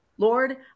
Lord